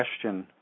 question